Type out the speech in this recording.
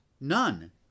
None